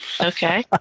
Okay